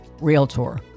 Realtor